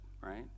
right